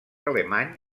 alemany